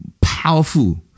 Powerful